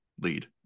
lead